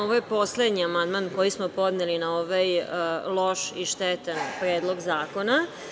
Ovo je poslednji amandman koji smo podneli na ovaj loš i štetan Predlog zakona.